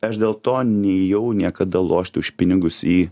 aš dėl to nėjau niekada lošti už pinigus į